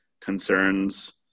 concerns